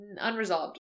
unresolved